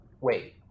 Wait